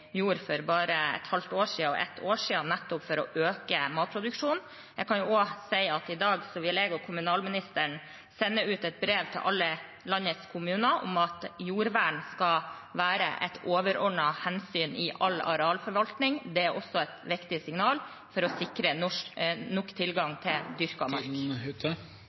for bare et halvt år og ett år siden, nettopp for å øke matproduksjonen. Jeg kan også si at i dag vil kommunalministeren og jeg sende ut et brev til alle landets kommuner om at jordvern skal være et overordnet hensyn i all arealforvaltning. Det er også et viktig signal for å sikre nok tilgang til